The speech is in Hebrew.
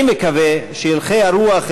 אני מקווה שהלכי הרוח אצלכם,